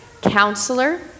counselor